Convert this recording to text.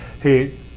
hey